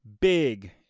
big